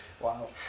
Wow